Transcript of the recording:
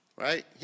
right